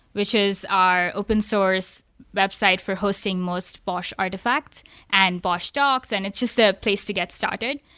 which is our open source website for hosting most bosh artifacts and bosh docs and it's just a place to get started.